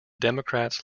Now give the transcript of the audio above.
democrats